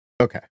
Okay